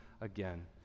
again